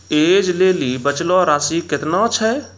ऐज लेली बचलो राशि केतना छै?